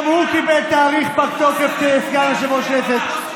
גם הוא קיבל תאריך פג תוקף כסגן יושב-ראש כנסת.